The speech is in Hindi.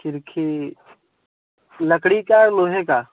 खिड़की लकड़ी का या लोहे का